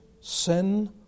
sin